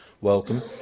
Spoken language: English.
welcome